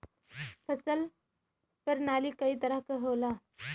फसल परनाली कई तरह क होला